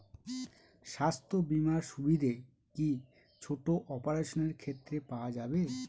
স্বাস্থ্য বীমার সুবিধে কি ছোট অপারেশনের ক্ষেত্রে পাওয়া যাবে?